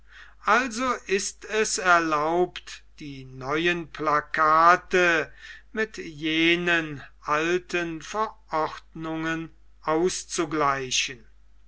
also ist es erlaubt die neuen plakate mit jenen alten verordnungen auszugleichen